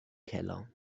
keller